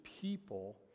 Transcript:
people